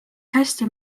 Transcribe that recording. hästi